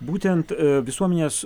būtent visuomenės